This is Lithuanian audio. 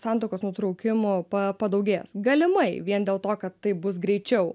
santuokos nutraukimų pa padaugės galimai vien dėl to kad taip bus greičiau